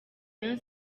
rayon